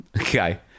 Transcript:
Okay